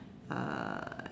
uh